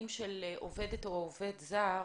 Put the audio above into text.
של עובדת או עובד זר